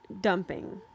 dumping